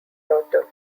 daughter